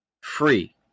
free